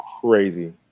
crazy